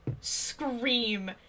scream